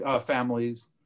families